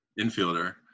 Infielder